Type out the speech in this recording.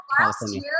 California